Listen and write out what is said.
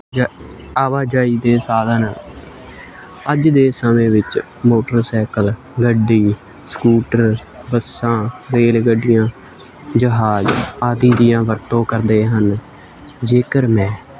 ਜਾ ਆਵਾਜਾਈ ਦੇ ਸਾਧਨ ਅੱਜ ਦੇ ਸਮੇਂ ਵਿੱਚ ਮੋਟਰਸਾਈਕਲ ਗੱਡੀ ਸਕੂਟਰ ਬੱਸਾਂ ਰੇਲ ਗੱਡੀਆਂ ਜਹਾਜ ਆਦਿ ਦੀਆਂ ਵਰਤੋਂ ਕਰਦੇ ਹਨ ਜੇਕਰ ਮੈਂ